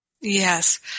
Yes